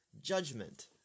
judgment